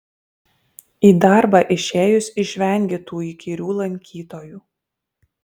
į darbą išėjus išvengi tų įkyrių lankytojų